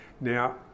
now